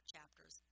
chapters